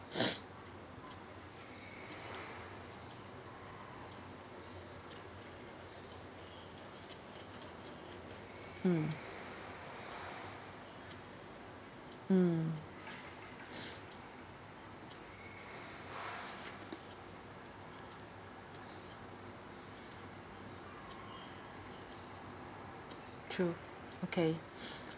mm mm true okay